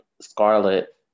Scarlet